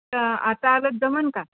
तर आता आलं जमेन का